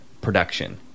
production